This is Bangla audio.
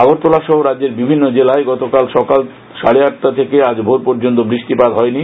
আগরতলা সহ রাজ্যের বিভিন্ন জেলায় গতকাল সকাল সাড়ে আটটা থেকে আজ ভোর পর্যন্ত বৃষ্টিপাত হয়নি